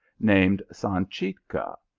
named sanchica,